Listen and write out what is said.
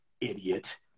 idiot